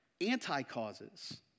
anti-causes